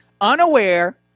Unaware